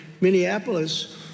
Minneapolis